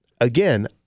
again